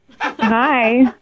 Hi